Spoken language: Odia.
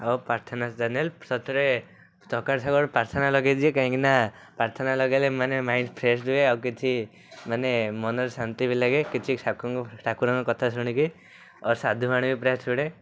ଆଉ ପ୍ରାର୍ଥନା ଚ୍ୟାନେଲ୍ ସତରେ ସକାଳୁ ସକାଳୁ ପ୍ରାର୍ଥନା ଲଗାଇଦିଏ କାହିଁକିନା ପ୍ରାର୍ଥନା ଲଗାଇଲେ ମାନେ ମାଇଣ୍ଡ ଫ୍ରେଶ୍ ରୁହେ ଆଉକିଛି ମାନେ ମନରେ ଶାନ୍ତି ବି ଲାଗେ କିଛି ଠାକୁରଙ୍କ କଥା ଶୁଣିକି ଆଉ ସାଧୁବାଣୀ ବି ପ୍ରାୟ ଶୁଣେ